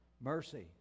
mercy